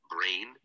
brain